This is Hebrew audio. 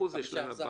היום ב-15%.